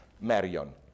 Marion